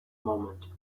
moment